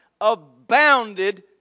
abounded